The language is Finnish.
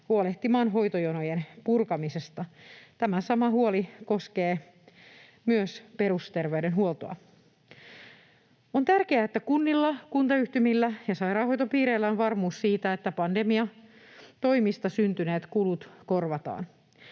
huolehtimaan hoitojonojen purkamisesta. Tämä sama huoli koskee myös perusterveydenhuoltoa. On tärkeää, että kunnilla, kuntayhtymillä ja sairaanhoitopiireillä on varmuus siitä, että pandemiatoimista syntyneet kulut korvataan.